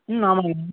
ம் ஆமாங்க